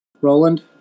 Roland